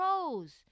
Rose